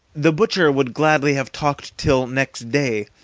the butcher would gladly have talked till next day,